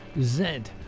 Zed